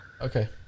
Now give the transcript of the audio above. Okay